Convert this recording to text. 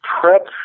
Prep